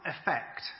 effect